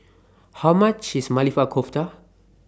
How much IS Maili Kofta